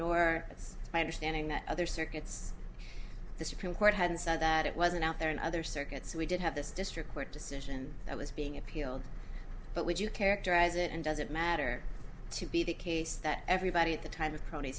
it's my understanding that other circuits the supreme court had said that it wasn't out there in other circuits so we did have this district court decision that was being appealed but would you characterize it and does it matter to be the case that everybody at the time of co